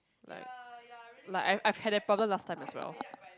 like like I've I've had that problem last time as well